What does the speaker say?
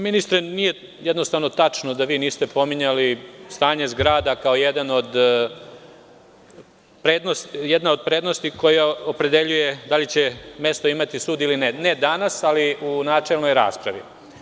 Ministre, nije jednostavno tačno da vi niste pominjali stanje zgrada kao jedan od prednosti koja opredeljuje da li će mesto imati sud ili ne, ne danas, ali u načelnoj raspravi.